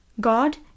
God